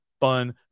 fun